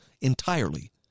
entirely